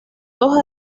dos